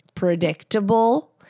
predictable